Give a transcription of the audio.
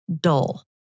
dull